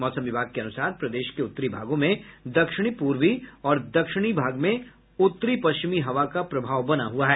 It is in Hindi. मौसम विभाग के अनुसार प्रदेश के उत्तरी भागों में दक्षिणी पूर्वी और दक्षिणी भाग में उत्तरी पश्चिमी हवा का प्रभाव बना हुआ है